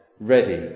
ready